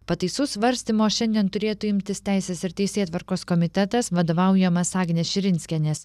pataisų svarstymo šiandien turėtų imtis teisės ir teisėtvarkos komitetas vadovaujamas agnės širinskienės